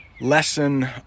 lesson